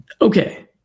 Okay